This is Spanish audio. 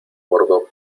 bordo